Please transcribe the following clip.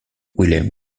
willem